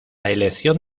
elección